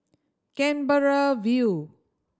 Canberra View